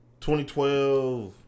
2012